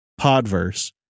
Podverse